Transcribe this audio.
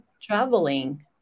traveling